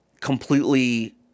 completely